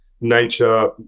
nature